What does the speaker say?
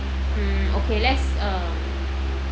mm okay let's um